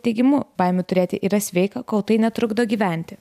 teigimu baimių turėti yra sveika kol tai netrukdo gyventi